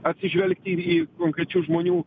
atsižvelgti į konkrečių žmonių